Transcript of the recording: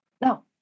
no